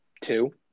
two